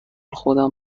خودم